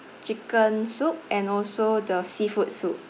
chicken soup and also the seafood soup